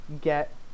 get